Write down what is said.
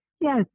Yes